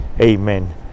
Amen